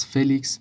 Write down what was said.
Felix